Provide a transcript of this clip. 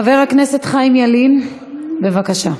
חבר הכנסת חיים ילין, בבקשה.